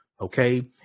okay